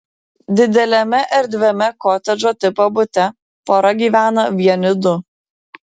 dideliame erdviame kotedžo tipo bute pora gyvena vieni du